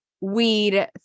weed